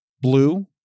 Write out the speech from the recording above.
blue